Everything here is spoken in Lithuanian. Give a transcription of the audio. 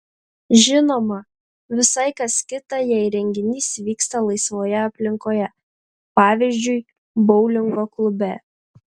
žinoma visai kas kita jei renginys vyksta laisvoje aplinkoje pavyzdžiui boulingo klube